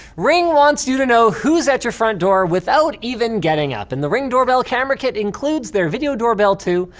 ring wants you to know who's at your front door without even getting up. and the ring doorbell camera kit includes their video doorbell two,